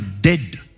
dead